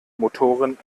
motoren